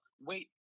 wait